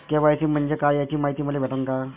KYC म्हंजे काय याची मायती मले भेटन का?